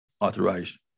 authorized